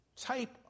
type